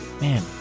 Man